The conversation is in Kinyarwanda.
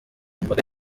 imbaga